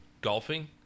golfing